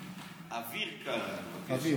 אוויר קארה, אני מבקש.